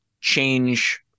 change